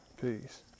Peace